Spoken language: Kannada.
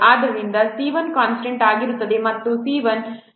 ಆದ್ದರಿಂದ C1 ಕಾನ್ಸ್ಟಂಟ್ ಆಗಿರುತ್ತದೆ ಮತ್ತು C1 L3 C3k ಆಗಿರುತ್ತದೆ